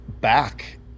back